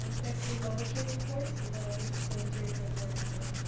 and next is monitoring reports and that will be facilitated by laura mccoy.